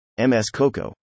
MS-Coco